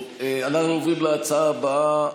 אנחנו עוברים להצעה הבאה,